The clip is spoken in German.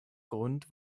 grund